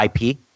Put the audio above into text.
IP